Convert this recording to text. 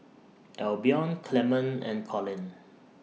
Albion Clement and Collin